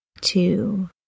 two